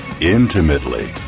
intimately